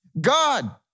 God